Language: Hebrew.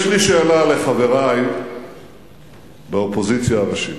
יש לי שאלה לחברי באופוזיציה הראשית: